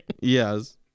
Yes